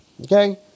Okay